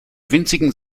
winzigen